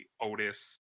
Otis